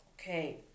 Okay